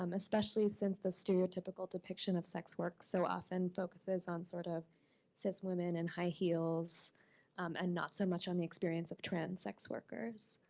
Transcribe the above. um especially since the stereotypical depiction of sex work so often focuses on sort of cis women in and high heels and not so much on the experience of trans sex workers.